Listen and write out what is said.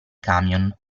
camion